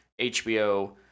hbo